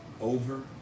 over